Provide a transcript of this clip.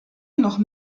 noch